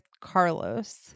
Carlos